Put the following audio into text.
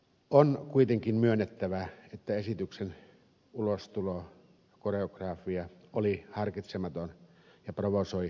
on kuitenkin myönnettävä että esityksen ulostulo koreografia oli harkitsematon ja provosoi yhteiskunnallista keskustelua